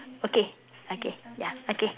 okay okay ya okay